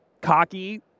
cocky